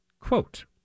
quote